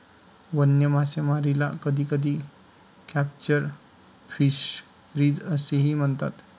वन्य मासेमारीला कधीकधी कॅप्चर फिशरीज असेही म्हणतात